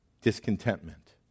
discontentment